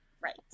right